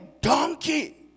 donkey